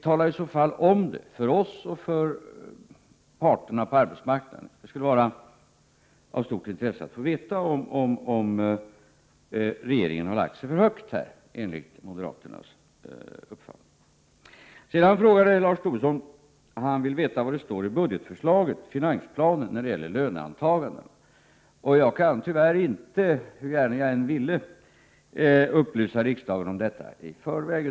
Tala i så fall om det, för oss och för parterna på arbetsmarknaden! Det skulle vara av stort intresse att få veta om moderaterna anser att regeringen lagt sig för högt. Sedan vill Lars Tobisson veta vad som kommer att stå i finansplanen när det gäller löneantaganden. Jag kan tyvärr inte, hur gärna jag än ville det, upplysa riksdagen om detta i förväg.